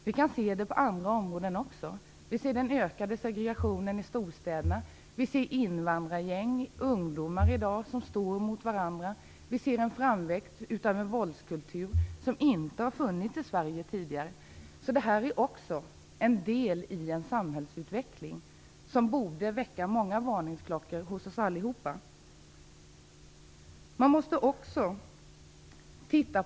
Vi kan se det på andra områden också. Vi ser den ökade segregationen i storstäderna, vi ser invandrargäng och ungdomar som i dag står emot varandra och vi ser framväxten av våldskultur som inte har funnits tidigare i Sverige. Detta är en del av en samhällsutveckling som borde få många varningsklockor att börja ringa hos oss alla.